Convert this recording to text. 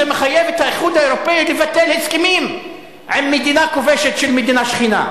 זה מחייב את האיחוד האירופי לבטל הסכמים עם מדינה כובשת של מדינה שכנה.